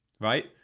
right